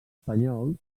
espanyols